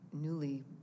newly